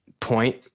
point